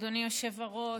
אדוני היושב-ראש,